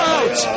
out